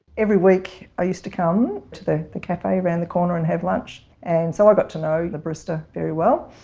every week i used to come to the the cafe around the corner and have lunch, and so i i got to know the barista very well,